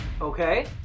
Okay